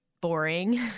boring